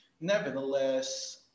Nevertheless